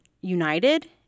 united